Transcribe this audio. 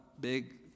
big